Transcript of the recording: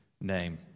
name